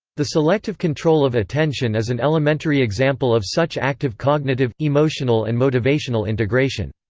the selective control of attention is an elementary example of such active cognitive, emotional and motivational integration.